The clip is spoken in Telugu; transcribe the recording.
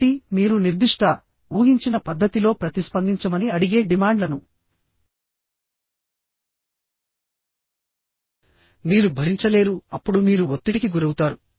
కాబట్టి మీరు నిర్దిష్ట ఊహించిన పద్ధతిలో ప్రతిస్పందించమని అడిగే డిమాండ్లనుమీరు భరించలేరు అప్పుడు మీరు ఒత్తిడికి గురవుతారు